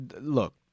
look